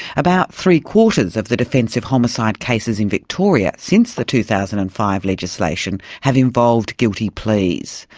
about three quarters of the defensive homicide cases in victoria since the two thousand and five legislation have involved guilty pleas.